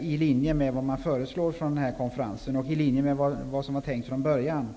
i linje med vad man föreslår från den här konferensen och i linje med vad som var tänkt från början.